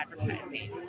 advertising